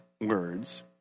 words